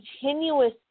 continuous